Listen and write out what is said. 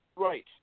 Right